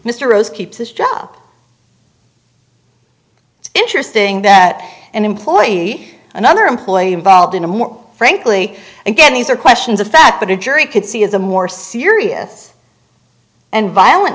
mr rose keeps his job it's interesting that an employee another employee involved in a more frankly again these are questions of fact that a jury could see is a more serious and violent